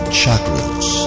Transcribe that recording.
chakras